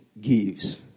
gives